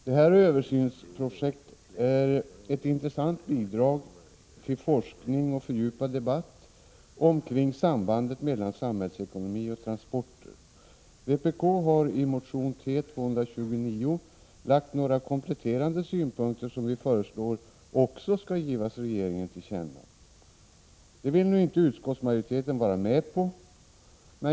Dessa översynsprojekt är intressanta bidrag till forskning och fördjupad debatt omkring sambanden mellan samhällsekonomi och transporter. Vpk har i motion T229 anfört några kompletterande synpunkter, som vi föreslår också skall ges regeringen till känna. Det vill nu inte utskottsmajoriteten vara med om.